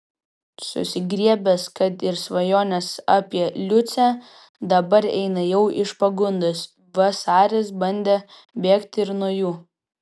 susigriebęs kad ir svajonės apie liucę dabar eina jau iš pagundos vasaris pabandė bėgti ir nuo jų